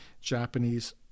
Japanese